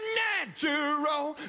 natural